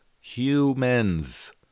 humans